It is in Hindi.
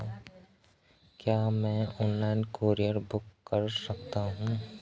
क्या मैं ऑनलाइन कूरियर बुक कर सकता हूँ?